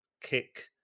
kick